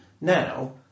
Now